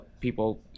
people